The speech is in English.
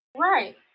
Right